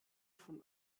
von